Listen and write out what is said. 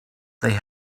they